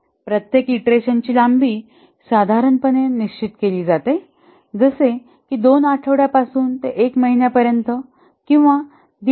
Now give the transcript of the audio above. प्रत्येक ईंटरेशनची लांबी साधारणपणे निश्चित केली जाते जसे की 2 आठवड्यापासून 1 महिन्यापर्यंत किंवा 1